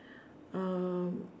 uh